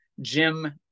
jim